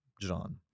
John